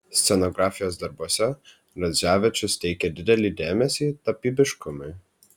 scenografijos darbuose radzevičius teikė didelį dėmesį tapybiškumui